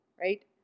right